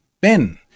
Ben